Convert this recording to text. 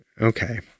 Okay